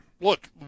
look